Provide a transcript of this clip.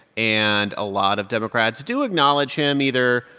and a lot of democrats do acknowledge him. either,